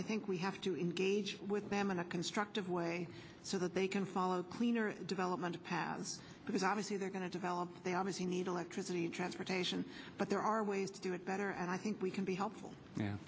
i think we have to engage with them in a constructive way so that they can follow cleaner development path because obviously they're going to develop they obviously need electricity and transportation but there are ways to do it better and i think we can be helpful